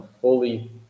fully